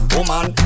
Woman